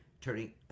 turning